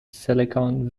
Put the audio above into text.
silicon